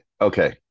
Okay